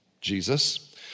Jesus